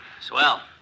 Swell